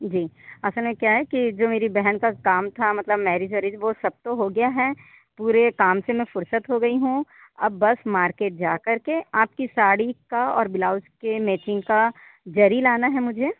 जी असल में क्या है की जो मेरी बहन का काम था मतलब मैरिज एरिज वह सब तो हो गया है पूरे काम से मैं फुर्सत हो गई हूँ अब बस मार्केट जाकर के आपकी साड़ी का और बिलाउज के मैचिंग का जरी लाना है मुझे